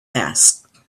asked